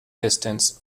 distance